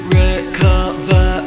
recover